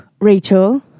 Rachel